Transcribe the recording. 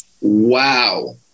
Wow